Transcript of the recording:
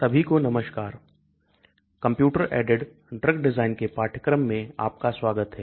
सभी को नमस्कार कंप्यूटर ऐडेड ड्रग डिजाइन के पाठ्यक्रम में आपका स्वागत है